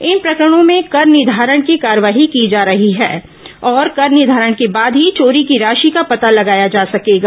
इन प्रकरणों में कर निर्घारण की कार्रवाई की जा रही है और कर निर्धारण के बाद ही चोरी की राशि का पता लगाया जा सकेगा